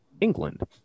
england